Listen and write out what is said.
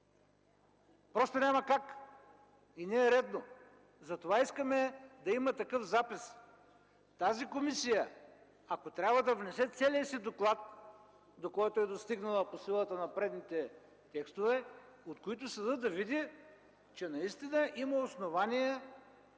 Просто няма как и не е редно, затова искаме да има такъв запис. Тази комисия, ако трябва да внесе целия си доклад, до който е достигнала по силата на предните текстове, от които съдът да види, че наистина има основание